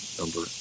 number